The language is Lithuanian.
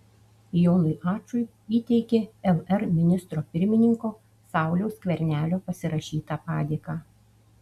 jonui ačui įteikė lr ministro pirmininko sauliaus skvernelio pasirašytą padėką